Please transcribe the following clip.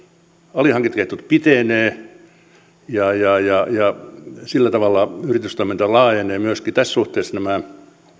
alihankintaketjut pitenevät ja ja sillä tavalla yritystoiminta laajenee ja myöskin tässä suhteessa nämä